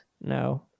no